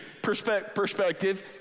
perspective